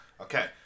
Okay